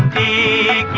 a